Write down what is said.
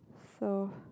so